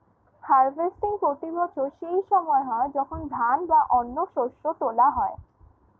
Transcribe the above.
harvesting প্রতি বছর সেই সময় হয় যখন ধান বা অন্য শস্য তোলা হয়